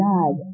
God